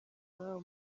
ababo